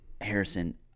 Harrison